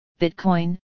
Bitcoin